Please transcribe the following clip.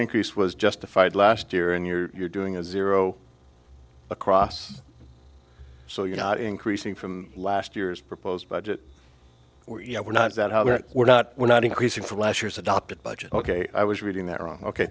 increase was justified last year and you're doing a zero across so you're not increasing from last year's proposed budget or you know we're not that we're not we're not increasing from last year's adopted budget ok i was reading that wrong ok